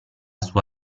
sua